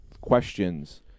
questions